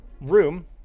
room